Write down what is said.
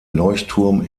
leuchtturm